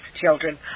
children